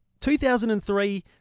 2003